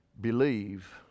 believe